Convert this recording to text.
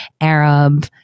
Arab